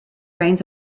reins